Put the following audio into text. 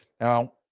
Now